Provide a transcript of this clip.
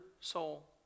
soul